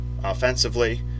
offensively